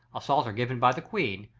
a psalter given by the queen,